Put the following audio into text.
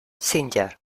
singer